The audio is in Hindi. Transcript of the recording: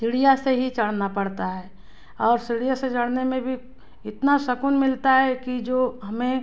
सीढ़ियाँ से ही चढ़ना पड़ता है और सीढ़ियों से चढ़ने में भी इतना सुकून मिलता है कि जो हमें